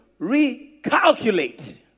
recalculate